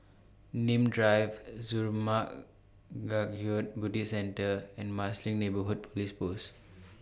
Nim Drive Zurmang Kagyud Buddhist Centre and Marsiling Neighbourhood Police Post